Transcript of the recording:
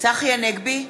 צחי הנגבי,